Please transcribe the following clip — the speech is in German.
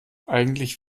eigentlich